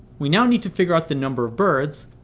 we now need to figure out the number of birds,